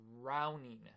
drowning